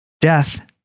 death